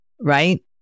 Right